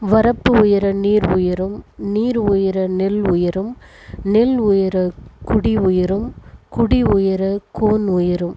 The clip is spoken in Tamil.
வரப்பு உயர நீர் உயரும் நீர் உயர நெல் உயரும் நெல் உயர குடி உயரும் குடி உயர கோன் உயரும்